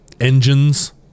engines